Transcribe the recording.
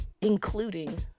including